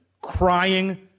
crying